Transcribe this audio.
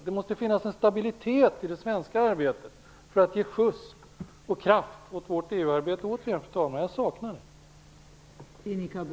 Det måste finnas en stabilitet i det svenska arbetet för att man skall kunna ge skjuts och kraft åt vårt EU arbete. Jag saknar detta.